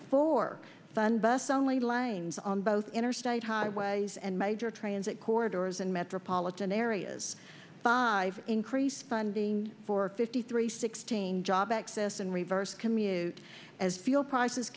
for fund bus only lanes on both interstate highways and major transit corridors and metropolitan areas five increase funding for fifty three sixteen job access and reverse commute as fuel prices